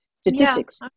statistics